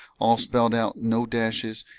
all spelled out no dashes